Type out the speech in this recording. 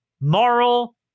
moral